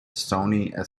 stony